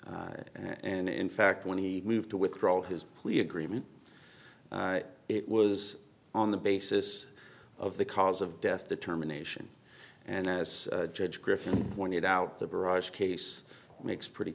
heroin and in fact when he moved to withdraw his plea agreement it was on the basis of the cause of death determination and as judge griffin pointed out the barrage case makes pretty